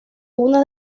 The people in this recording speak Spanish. una